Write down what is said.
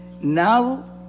Now